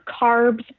carbs